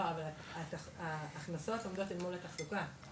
אבל ההכנסות עומדות אל מול התחזוקה.